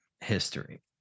history